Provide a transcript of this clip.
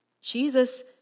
Jesus